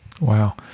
Wow